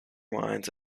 minds